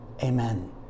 Amen